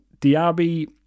Diaby